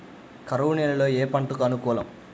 కరువు నేలలో ఏ పంటకు అనుకూలం?